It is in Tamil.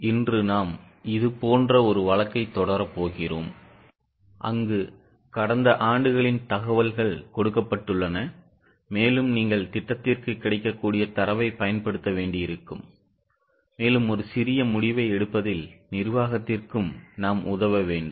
இன்று நாம் இதேபோன்ற ஒரு வழக்கைத் தொடரப் போகிறோம் அங்கு கடந்த ஆண்டுகளின் தகவல்கள் கொடுக்கப்பட்டுள்ளன மேலும் நீங்கள் திட்டத்திற்கு கிடைக்கக்கூடிய தரவைப் பயன்படுத்த வேண்டியிருக்கும் மேலும் ஒரு சிறிய முடிவை எடுப்பதில் நிர்வாகத்திற்கும் நாம் உதவ வேண்டும்